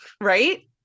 right